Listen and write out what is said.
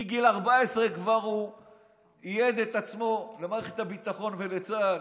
מגיל 14 הוא כבר ייעד את עצמו למערכת הביטחון ולצה"ל,